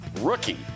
rookie